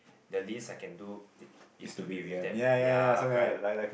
the least I can do is to be with them yea correct